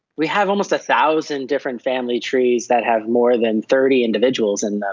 we have almost a thousand different family trees that have more than thirty individuals in them.